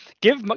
Give